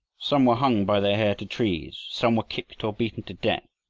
some were hung by their hair to trees, some were kicked or beaten to death,